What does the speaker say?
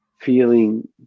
feeling